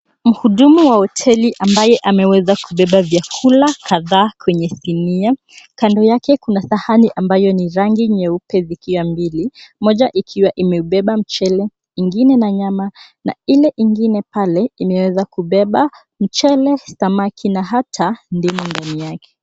Mhudumu wa hoteli ambaye ameweza kubeba vyakula kadhaa kwenye sinia. Kando yake kuna sahani ambayo ni rangi nyeupe zikiwa mbili moja ikiwa imebeba mchele, ingine na nyama na ile ingine pale imeweza kubeba mchele, samaki na hata ndimu ndani yake.